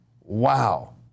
Wow